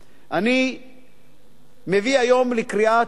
אני מביא היום לקריאה טרומית